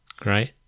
Great